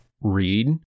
read